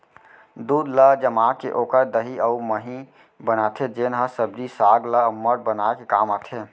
दूद ल जमाके ओकर दही अउ मही बनाथे जेन ह सब्जी साग ल अम्मठ बनाए के काम आथे